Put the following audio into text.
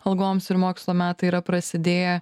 algoms ir mokslo metai yra prasidėję